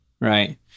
right